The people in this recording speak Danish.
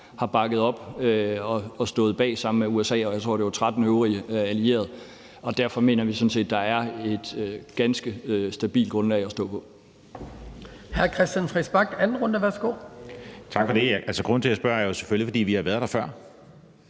har bakket op om, og som vi sammen med USA, og jeg tror også, det var 13 øvrige allierede, har stået bag. Derfor mener vi sådan set, der er et ganske stabilt grundlag at stå på.